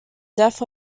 death